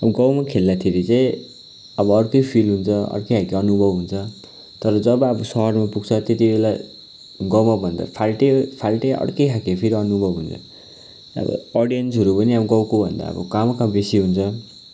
अब गाउँमा खेल्दाखेरि चाहिँ अब अर्कै फिल हुन्छ अर्कै खालको अनुभव हुन्छ तर जब अब सहरमा पुग्छ त्यति बेला गाउँमाभन्दा फाल्टै फाल्टै अर्कै खालको फेरि अनुभव हुन्छ अब अडियन्सहरू पनि अब गाउँकोभन्दा अब कहाँ हो कहाँ बेसी हुन्छ